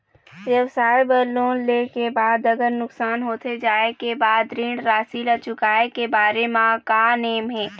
व्यवसाय बर लोन ले के बाद अगर नुकसान होथे जाय के बाद ऋण राशि ला चुकाए के बारे म का नेम हे?